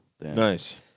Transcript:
Nice